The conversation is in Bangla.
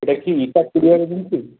এটা কি রিচার্জ কুরিয়ার এজেন্সি